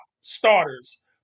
starters